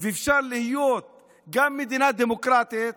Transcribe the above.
ואפשר להיות גם מדינה דמוקרטית,